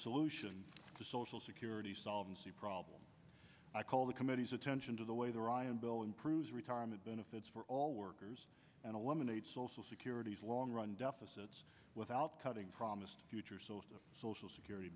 solution to social security solvency problem i call the committee's attention to the way the ryan bill improves retirement benefits for all workers and eliminates social security's long run deficits without cutting promised future social security